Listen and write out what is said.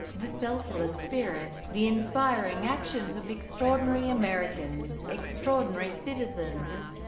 the selfless spirit, the inspiring actions of extraordinary americans, extraordinary citizens.